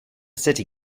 city